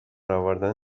آوردن